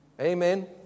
Amen